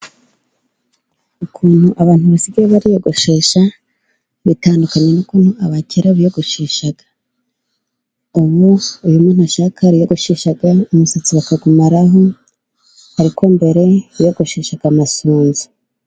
Ukuntu abantu basigaye bIyogoshesha bitandukanye n'ukuntu abakera biyogosheshaga. Ubu iyo umuntu ashaka kwiyogoshesha umusatsi, bawumaraho. Ariko mbere yiyogosheshaga amasunzu.